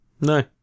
No